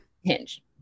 Hinge